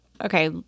okay –